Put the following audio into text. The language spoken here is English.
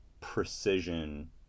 precision